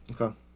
Okay